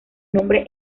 nombre